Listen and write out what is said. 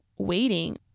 waiting